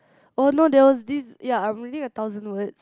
oh no there was this ya I'm reading a thousand word